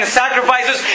sacrifices